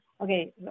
okay